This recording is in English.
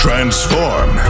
Transform